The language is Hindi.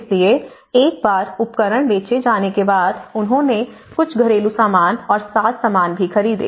इसलिए एक बार उपकरण बेचे जाने के बाद उन्होंने कुछ घरेलू सामान और साज़ सामान भी खरीदे